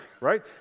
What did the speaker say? right